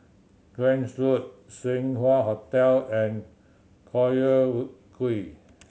Grange Road Seng Wah Hotel and Collyer Quay